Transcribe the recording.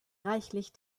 reichlich